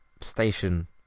station